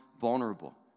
vulnerable